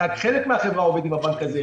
חלק מהחברה עובד עם הבנק הזה,